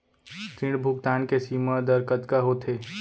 ऋण भुगतान के सीमा दर कतका होथे?